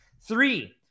Three